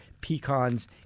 pecans